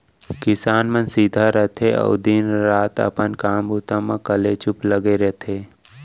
किसान मन सीधा रथें अउ दिन रात अपन काम बूता म कलेचुप लगे रथें